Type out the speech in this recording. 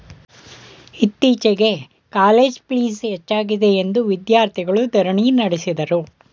ಇತ್ತೀಚೆಗೆ college fees ಹೆಚ್ಚಾಗಿದೆಯೆಂದು ವಿದ್ಯಾರ್ಥಿಗಳು ಧರಣಿ ನಡೆಸಿದರು